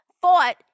Fought